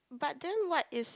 but then what is